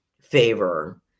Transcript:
favor